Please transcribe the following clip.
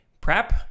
prep